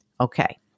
Okay